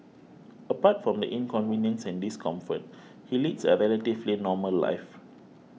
apart from the inconvenience and discomfort he leads a relatively normal life